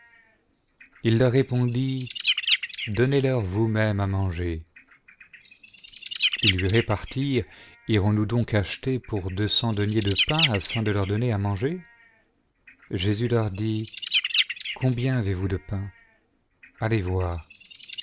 il leur répondit donnez-leur vous-mêmes à manger ils lui repartirent ironsnous donc acheter pour deux cents deniers de pain afin de leur donner à manger jésus leur dit combien avez-vous de pains allez voir